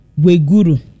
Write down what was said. Weguru